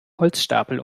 holzstapel